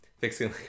fixing